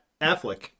Affleck